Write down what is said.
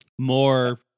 more